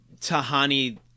Tahani